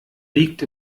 liegt